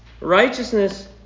Righteousness